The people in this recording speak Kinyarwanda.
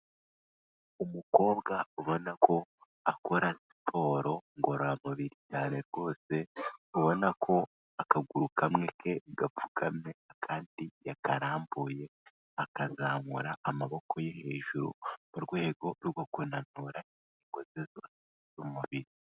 Umukobwa ubona ko akora siporo ngoramubiri cyane rwose, ubona ko akaguru kamwe ke gapfukame akandi yakarambuye, akazamura amaboko ye hejuru mu rwego rwo kunanura ingingo ze zose z'umubiri.